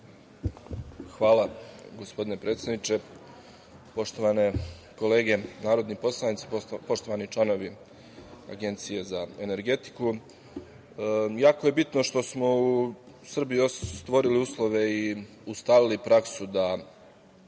Hvala, gospodine predsedniče. Poštovane kolege narodni poslanici, poštovani članovi Agencija za energetiku, jako je bitno što smo u Srbiji stvorili uslove i ustalili praksu da